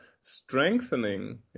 strengthening